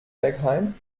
bergheim